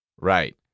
Right